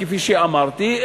כפי שאמרתי,